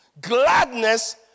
Gladness